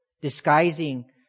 disguising